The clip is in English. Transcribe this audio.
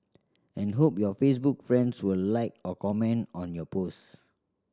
and hope your Facebook friends will like or comment on your post